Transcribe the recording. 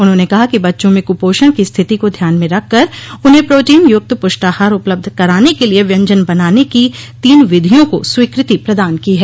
उन्होंने कहा कि बच्चों में कुपोषण की स्थिति को ध्यान में रखकर उन्हें प्रोटीन युक्त पुष्टाहार उपलब्ध कराने के लिए व्यजंन बनाने की तीन विधियों को स्वीकृति प्रदान की है